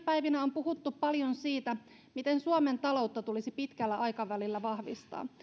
päivinä on puhuttu paljon siitä miten suomen taloutta tulisi pitkällä aikavälillä vahvistaa